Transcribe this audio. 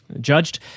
judged